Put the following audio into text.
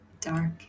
Dark